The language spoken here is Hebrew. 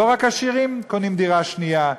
לא רק עשירים קונים דירה שנייה.